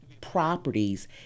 properties